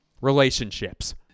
relationships